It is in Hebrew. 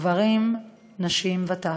גברים, נשים וטף.